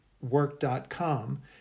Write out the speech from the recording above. work.com